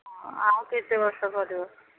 ହଁ ଆଉ କେତେ ବର୍ଷ କରିବ